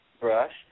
brush